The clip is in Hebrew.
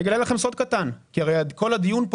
אני אגלה לכם סוד קטן כי הרי כל הדיון פה